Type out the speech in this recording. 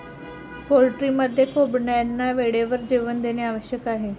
पोल्ट्रीमध्ये कोंबड्यांना वेळेवर जेवण देणे आवश्यक आहे